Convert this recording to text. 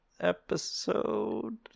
episode